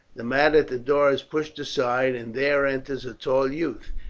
the mat at the door is pushed aside and there enters a tall youth.